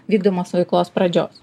vykdomos veiklos pradžios